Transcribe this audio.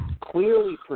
clearly